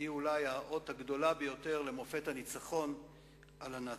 היא אולי האות הגדול ביותר למופת הניצחון על הנאצים.